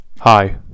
Hi